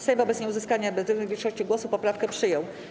Sejm wobec nieuzyskania bezwzględnej większości głosów poprawkę przyjął.